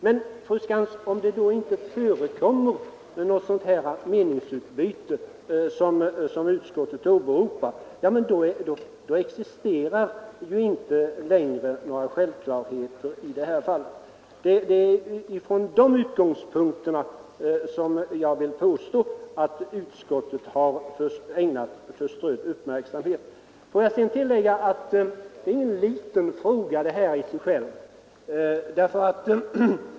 Men, fru Skantz, om det inte förekommer något sådant meningsutbyte som utskottet åberopar, existerar ju inte längre några självklarheter i det här fallet. Det är från de utgångspunkterna som jag vill påstå att utskottet har ägnat frågan förströdd uppmärksamhet. Får jag sedan tillägga att detta i sig självt inte är en liten fråga.